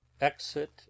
Exit